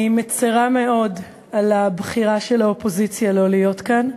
אני מצרה מאוד על הבחירה של האופוזיציה לא להיות כאן.